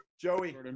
Joey